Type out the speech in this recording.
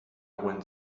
went